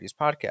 Podcast